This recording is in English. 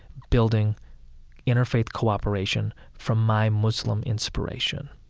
building interfaith cooperation from my muslim inspiration.